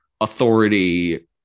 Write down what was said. authority